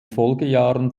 folgejahren